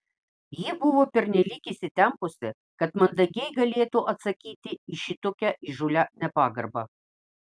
ji buvo pernelyg įsitempusi kad mandagiai galėtų atsakyti į šitokią įžūlią nepagarbą